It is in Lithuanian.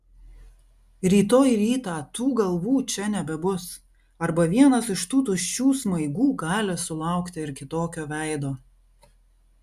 rytoj rytą tų galvų čia nebebus arba vienas iš tų tuščių smaigų gali sulaukti ir kitokio veido